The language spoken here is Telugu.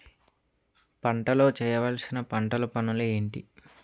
పంటలో చేయవలసిన పంటలు పనులు ఏంటి?